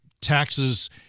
taxes